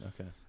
Okay